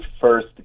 first